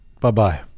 Bye-bye